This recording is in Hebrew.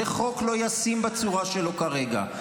זה חוק לא ישים בצורה שלו כרגע.